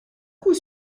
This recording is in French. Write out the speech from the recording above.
coup